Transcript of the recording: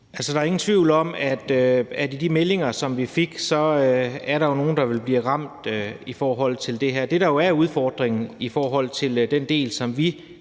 Der er ingen tvivl om, at med de meldinger, som vi fik, er der jo nogle, der vil blive ramt af det her. Det, der er udfordringen med den del, som vi